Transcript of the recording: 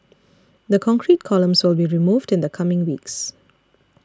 the concrete columns will be removed in the coming weeks